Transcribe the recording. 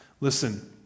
Listen